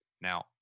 Now